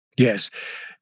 Yes